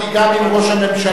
ישבתי גם עם ראש הממשלה,